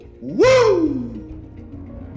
Woo